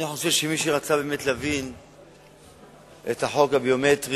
אני חושב שמי שרצה באמת להבין את החוק הביומטרי,